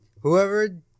Whoever